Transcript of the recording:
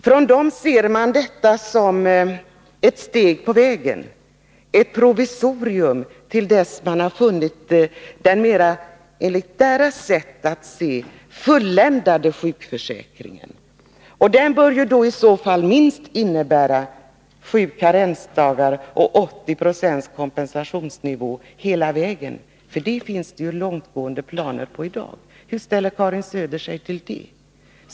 Det partiet betraktar denna reform som ett steg på vägen, ett provisorium, till dess man har funnit den, enligt deras sätt att se, fulländade sjukförsäkringen. Den bör i så fall innebära minst sju karensdagar och 80 26 kompensationsnivå hela vägen. Det finns redan i dag långtgående planer på detta. Hur ställer sig Karin Söder till det?